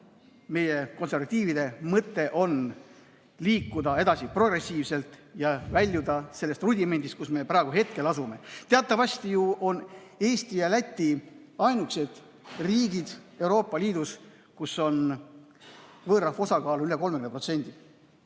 Meie, konservatiivide mõte on liikuda edasi progressiivselt ja väljuda sellest rudimendist, kus me praegu asume. Teatavasti on ju Eesti ja Läti ainukesed riigid Euroopa Liidus, kus on võõrrahva osakaal üle 30%.